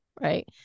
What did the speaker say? right